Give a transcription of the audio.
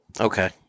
Okay